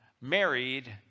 married